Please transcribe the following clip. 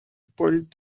pulled